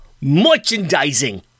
Merchandising